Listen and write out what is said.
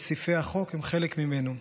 וסעיפי החוק הם חלק ממנו,